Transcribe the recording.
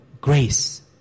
grace